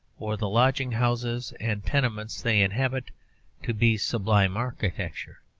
or the lodging-houses and tenements they inhabit to be sublime architecture.